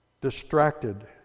distracted